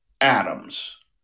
Adams